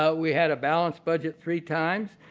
ah we had a balanced budget three times,